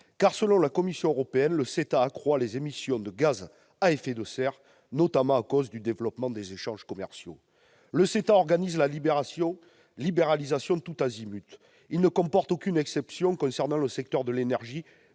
selon la Commission européenne, le CETA accroît les émissions de gaz à effet de serre, du fait notamment du développement des échanges commerciaux. Le CETA organise la libéralisation tous azimuts. Il ne prévoit aucune exception dans le secteur de l'énergie.